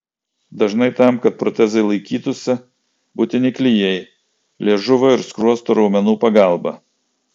dažnai tam kad protezai laikytųsi būtini klijai liežuvio ir skruostų raumenų pagalba